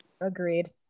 Agreed